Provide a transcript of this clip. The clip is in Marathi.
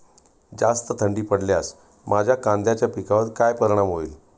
जास्त थंडी पडल्यास माझ्या कांद्याच्या पिकावर काय परिणाम होईल?